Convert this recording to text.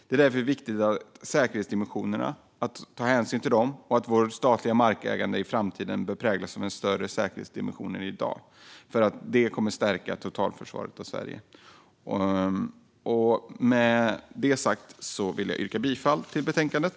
Det är därför viktigt att ta hänsyn till säkerhetsdimensionerna och att vårt statliga markägande i framtiden bör präglas av en större säkerhetsdimension än i dag. Det kommer att stärka totalförsvaret av Sverige. Jag yrkar bifall till förslaget i betänkandet.